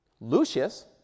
Lucius